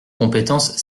compétence